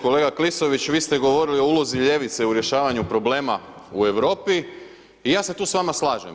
Kolega Klisović, vi ste govorili o ulozi ljevice u rješavanju problema u Europi i ja se tu s vama slažem.